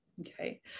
Okay